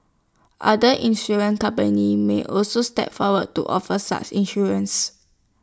other insurance companies may also step forward to offer such insurance